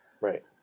right